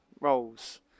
roles